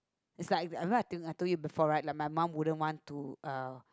is like I I think I told you before right that my mum wouldn't want to uh